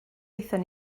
aethon